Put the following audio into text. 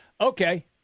Okay